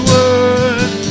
Word